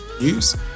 News